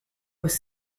was